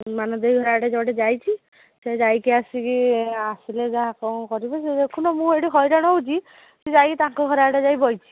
ମାନ ଦେଇ ଘର ଆଡ଼େ ଯୁଆଡ଼େ ଯାଇଛି ସେ ଯାଇକି ଆସିକି ଆସିଲେ ଯାହା କ'ଣ କରିବ ସେ ଦେଖୁନ ମୁଁ ଏଇଠି ହଇରାଣ ହେଉଛି ସିଏ ଯାଇକି ତାଙ୍କ ଘର ଆଡ଼େ ଯାଇକି ବସିଛି